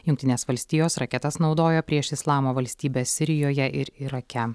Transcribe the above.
jungtinės valstijos raketas naudojo prieš islamo valstybę sirijoje ir irake